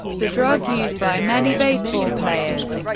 the drug used by many baseball players.